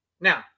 Now